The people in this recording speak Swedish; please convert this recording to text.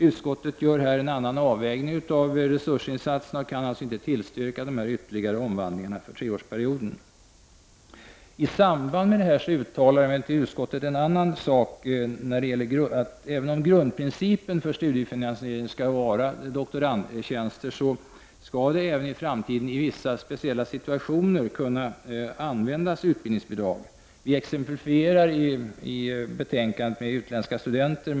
Utskottet gör här en annan avvägning av resurserna och kan alltså inte tillstyrka förslagen om ytterligare omvandlingar när det gäller den aktuella treårsperioden. I detta sammanhang uttalar utskottet en annan sak. Även om grundprincipen för studiefinansiering är att det skall gälla doktorandtjänster, skall det även i framtiden i vissa speciella situationer gå att använda utbildningsbidrag. Vi exemplifierar detta i betänkandet och nämner då de utländska studenterna.